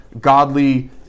godly